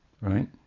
right